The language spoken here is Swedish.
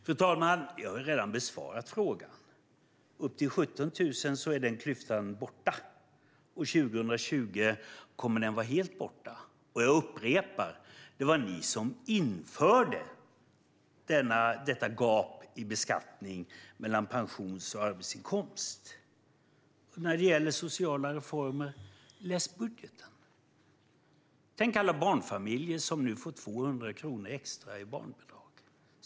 Fru talman! Jag har redan besvarat frågan. Vid pensioner upp till 17 000 är den klyftan borta. År 2020 kommer den att vara helt borta. Jag upprepar: Det var ni som införde detta gap i beskattning mellan pensions och arbetsinkomst. När det gäller sociala reformer: Läs budgeten! Tänk, alla barnfamiljer som nu får 200 kronor extra i barnbidrag!